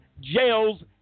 jails